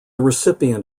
recipient